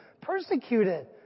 persecuted